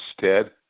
Ted